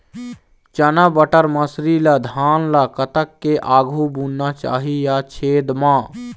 चना बटर मसरी ला धान ला कतक के आघु बुनना चाही या छेद मां?